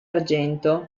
argento